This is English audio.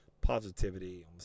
positivity